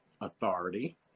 authority